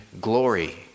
glory